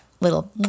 little